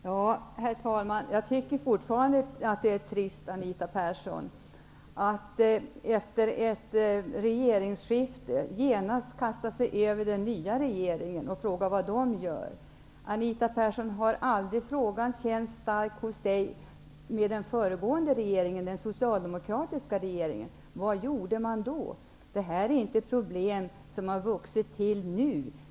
Herr talman! Jag tycker fortfarande att det är trist att, som Anita Persson gör, efter ett regeringsskifte genast kasta sig över den nya regeringen och fråga vad den gör. Har Anita Persson aldrig velat fråga den föregående socialdemokratiska regeringen samma sak? Vad gjorde man då? Det här är inte problem som har vuxit till nu.